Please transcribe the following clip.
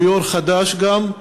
שהוא יו"ר חד"ש גם,